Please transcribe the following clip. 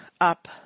up